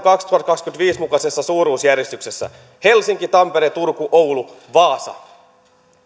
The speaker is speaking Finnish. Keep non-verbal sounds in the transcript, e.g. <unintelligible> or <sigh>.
<unintelligible> kaksituhattakaksikymmentäviisi mukaisessa suuruusjärjestyksessä helsinki tampere turku oulu vaasa